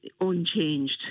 unchanged